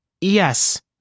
Yes